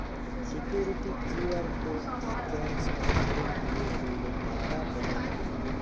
security QR code scan smart phone দিয়ে করলে টাকা পেমেন্ট করে